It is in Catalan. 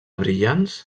brillants